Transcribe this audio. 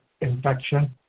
infection